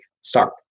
start